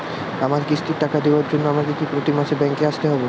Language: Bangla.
আমার কিস্তির টাকা দেওয়ার জন্য আমাকে কি প্রতি মাসে ব্যাংক আসতে হব?